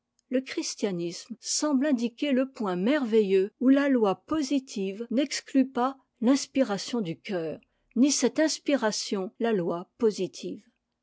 le christianisme semble indiquer le point merveilleux où la loi positive n'exetut pas l'inspiration du cœur ni cette inspiration la loi positive